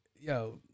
Yo